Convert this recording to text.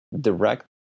direct